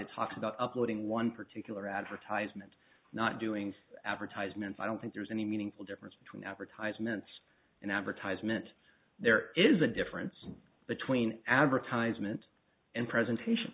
it talks about uploading one particular advertisement not doing advertisements i don't think there's any meaningful difference between advertisements and advertisement there is a difference between advertisement and